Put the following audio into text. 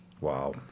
Wow